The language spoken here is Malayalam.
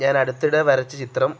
ഞാൻ അടുത്തിടെ വരച്ച ചിത്രം